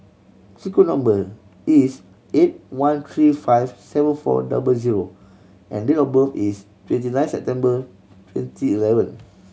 sequence number is eight one three five seven four double zero and date of birth is twenty nine September twenty eleven